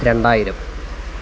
രണ്ടായിരം